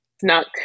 snuck